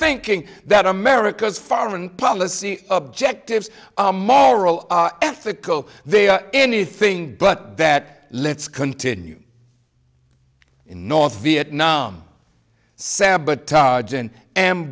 thinking that america's foreign policy objectives are moral ethical they are anything but that let's continue in north vietnam sabotage in a